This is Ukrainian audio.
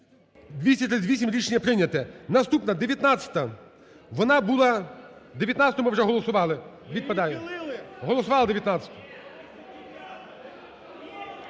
За-238 Рішення прийняте. Наступна. 19-а. Вона була… 19-у ми вже голосували, відпадає, голосували 19-у.